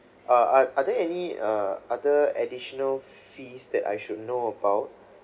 uh are are there any uh other additional fees that I should know about